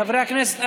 חברי הכנסת,